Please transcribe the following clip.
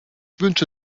wünsche